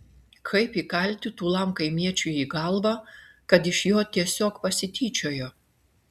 kaip įkalti tūlam kaimiečiui į galvą kad iš jo tiesiog pasityčiojo